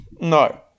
no